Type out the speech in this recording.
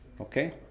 Okay